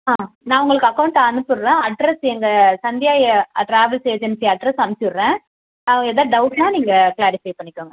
நான் உங்களுக்கு அக்கவுண்ட் அனுப்பி விடுறேன் அட்ரஸ் எங்கள் சந்தியா ஆ டிராவல்ஸ் ஏஜென்ஸி அட்ரஸ் அனுப்பிச்சி விடுகிறேன் ஏதாவது டவுட்னால் நீங்கள் கிளாரிஃபை பண்ணிக்கோங்க